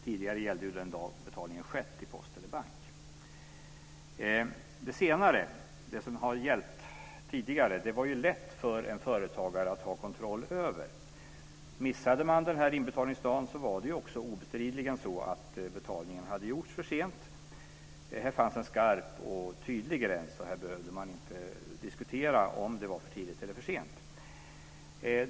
Tidigare gällde den dag betalningen skett till post eller bank. Det som gällde tidigare var lätt för en företagare att ha kontroll över. Missade man den här inbetalningsdagen var det obestridligen så att betalningen hade gjorts för sent. Det fanns en skarp och tydlig gräns. Här behövde man inte diskutera om det var för tidigt eller för sent.